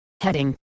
heading